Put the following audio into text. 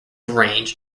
range